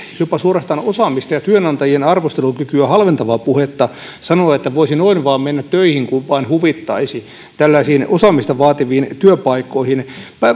jopa suorastaan osaamista ja työnantajien arvostelukykyä halventavaa puhetta sanoa että voisi noin vain mennä töihin kun vain huvittaisi tällaisiin osaamista vaativiin työpaikkoihin päinvastoin sen